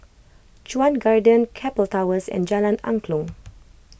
Chuan Garden Keppel Towers and Jalan Angklong